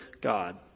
God